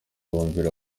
bumvira